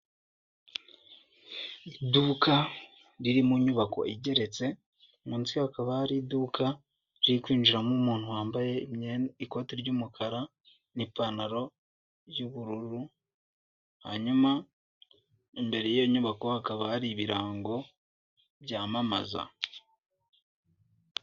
Iduka riri mu nyubako igeretse, munsi yaho hakaba hari iduka riri kwinjiramo umuntu wambaye ikoti ry'umukara n'ipantaro y'ubururu, hanyuma imbere y'iyo nyubako hakaba hari ibirango byamamaza.